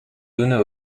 donna